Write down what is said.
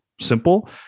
simple